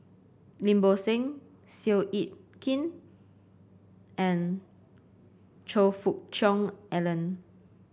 Lim Bo Seng Seow Yit Kin and Choe Fook Cheong Alan